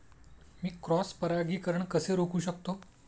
मी cross परागीकरण कसे रोखू शकतो?